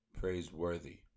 praiseworthy